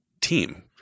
team